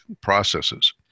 processes